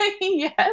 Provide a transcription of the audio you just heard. yes